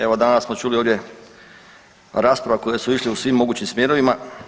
Evo danas smo čuli ovdje rasprave koje su išle u svim mogućim smjerovima.